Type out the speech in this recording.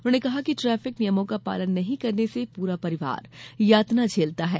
उन्होंने कहा कि ट्रैफिक नियमों का पालन नहीं करने से पूरा परिवार यातना झेलता है